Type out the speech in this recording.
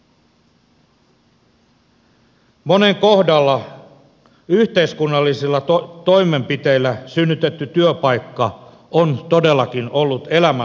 monen kohdalla yhteiskunnallisilla toimenpiteillä synnytetty työpaikka on todellakin ollut elämänlanka